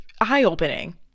eye-opening